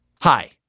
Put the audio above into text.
Hi